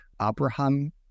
Abraham